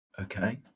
Okay